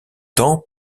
temps